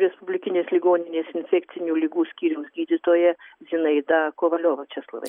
respublikinės ligoninės infekcinių ligų skyriaus gydytoja zinaida kovaliova česlovai